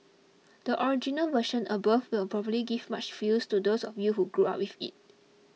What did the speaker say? the original version above will probably give much feels to those of you who grew up with it